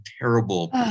terrible